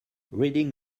reading